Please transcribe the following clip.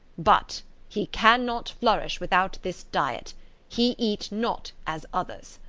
but he cannot flourish without this diet he eat not as others.